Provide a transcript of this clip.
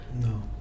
No